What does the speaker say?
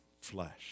flesh